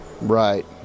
Right